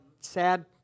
sad